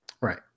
Right